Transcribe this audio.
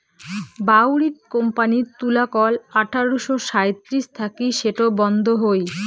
বাউরিথ কোম্পানির তুলাকল আঠারশো সাঁইত্রিশ থাকি সেটো বন্ধ হই